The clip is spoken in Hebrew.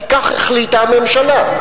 כי כך החליטה הממשלה.